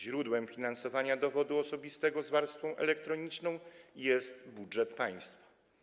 Źródłem finansowania dowodów osobistych z warstwą elektroniczną jest budżet państwa.